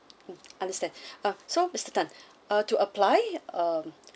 mm understand ah so mister tan uh to apply um